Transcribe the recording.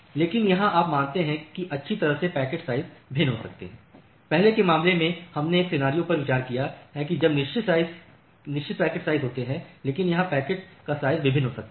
लेकिन यहां आप मानते हैं कि अच्छी तरह से पैकेट्स साइज भिन्न हो सकते हैं पहले के मामलों में हमने एक सिनेरियो पर विचार किया है जब निश्चित पैकेट्स साइज होते हैं लेकिन यहां पैकेट्स का साइज भिन्न हो सकता है